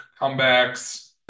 comebacks